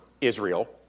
Israel